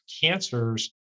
cancers